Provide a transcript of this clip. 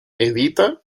edita